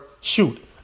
shoot